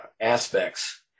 aspects